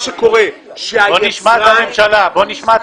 בואו נשמע את הממשלה.